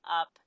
up